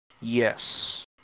Yes